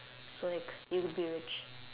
so like you will be rich